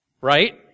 right